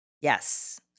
Yes